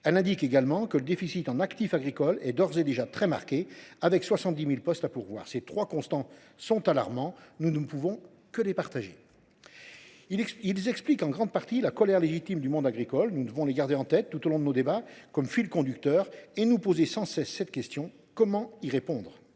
Elle indique également que le déficit en actifs agricoles est d’ores et déjà très marqué, avec 70 000 postes à pouvoir. Ces trois constants sont alarmants. Nous ne pouvons qu’y souscrire. Ils expliquent en grande partie la colère légitime du monde agricole. Nous devons les garder en tête tout au long de nos débats, comme fil conducteur, et nous poser sans cesse cette question : comment y répondre ?